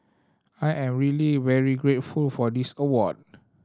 I'm really very grateful for this award